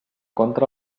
contra